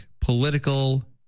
political